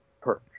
perch